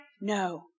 No